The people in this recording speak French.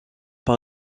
par